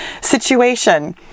situation